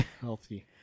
healthy